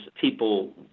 people